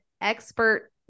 expert